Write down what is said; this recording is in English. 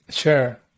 Sure